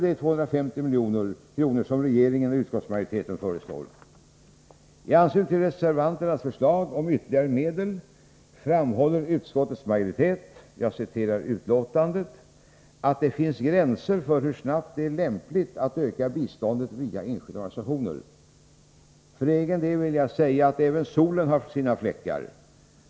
I anslutning till reservanternas förslag om ytterligare medel framhåller utskottets majoritet att ”det finns gränser för hur snabbt det är lämpligt att öka biståndet via enskilda organisationer”. För egen del utgår jag från att även solen har sina fläckar.